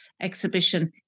exhibition